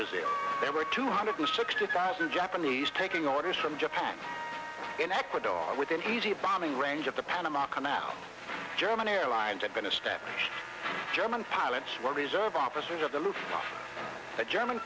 brazil there were two hundred sixty thousand japanese taking orders from japan in ecuador within easy bombing range of the panama canal german airlines had been a step german pilots were reserve officers of the move but german